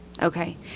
okay